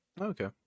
Okay